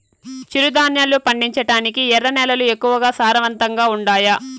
చిరుధాన్యాలు పండించటానికి ఎర్ర నేలలు ఎక్కువగా సారవంతంగా ఉండాయా